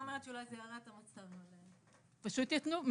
פשוט יתנו,